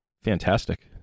fantastic